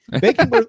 Bacon